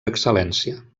excel·lència